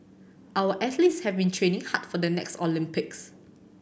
our athletes have been training hard for the next Olympics